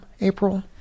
April